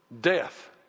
death